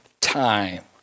time